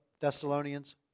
Thessalonians